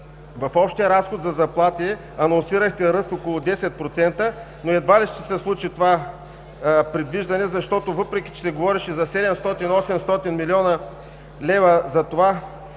В общия разход за заплати анонсирахте ръст около 10%, но едва ли ще се случи това предвиждане, защото въпреки че се говореше за 700 – 800 милиона лева за това,